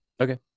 okay